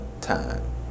time